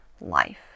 life